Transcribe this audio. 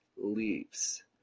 leaves